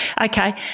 Okay